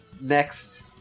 Next